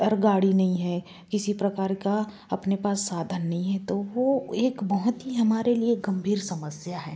और गाड़ी नहीं है किसी प्रकार का अपने पास साधन नहीं है तो वह एक बहुत ही हमारे लिए गम्भीर समस्या है